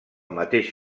mateix